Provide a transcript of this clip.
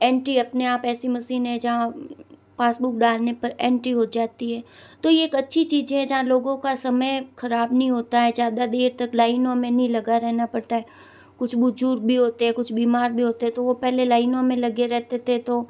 anti अपने आप ऐसी मशीनें हैं जहाँ पासबुक डालने पर एंट्री हो जाती है तो ये एक अच्छी चीज़ है जहाँ लोगों का समय ख़राब नहीं होता है ज़्यादा देर तक लाइनों में नहीं लगा रहना पड़ता है कुछ बुज़ुर्ग भी होते हैं कुछ बीमार भी होते हैं तो वो पहले लाइनों में लगे रहते थे तो